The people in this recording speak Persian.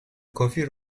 کافی